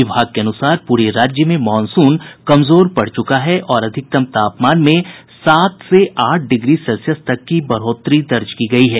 विभाग के अनुसार पूरे राज्य में मॉनसून कमजोर पड़ चुका है और अधिकतम तापमान में सात से आठ डिग्री सेल्सियस तक की बढ़ोतरी दर्ज की गयी है